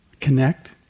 connect